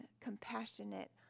compassionate